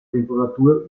temperatur